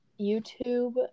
YouTube